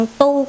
tu